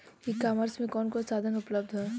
ई कॉमर्स में कवन कवन साधन उपलब्ध ह?